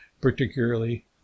particularly